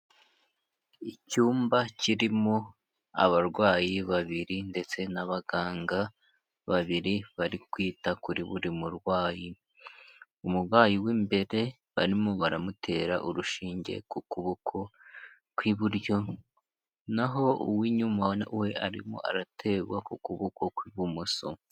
Icyumba kirimo abarwayi babiri ndetse n'abaganga babiri bari kwita kuri buri murwayi, umurwayi w'imbere barimo baramutera urushinge ku kuboko kw'iburyo naho uw'inyuma we ubonako arimo araterwa ku kuboko kw'ibumoso.